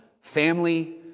family